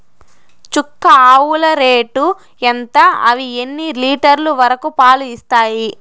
చుక్క ఆవుల రేటు ఎంత? అవి ఎన్ని లీటర్లు వరకు పాలు ఇస్తాయి?